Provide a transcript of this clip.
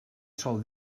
sol